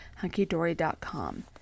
hunkydory.com